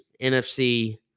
NFC